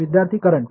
विद्यार्थी करेन्ट